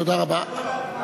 תודה רבה.